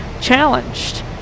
challenged